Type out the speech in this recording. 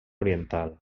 oriental